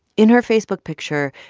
in her facebook picture,